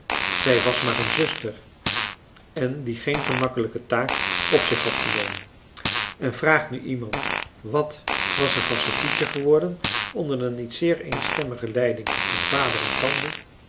zij was maar een zuster françois haverschmidt familie en kennissen en die geen gemakkelijke taak op zich had genomen en vraagt nu iemand wat was er van sophietje geworden onder de niet zeer eenstemmige leiding van vader en tante